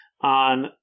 on